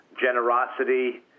generosity